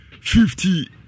fifty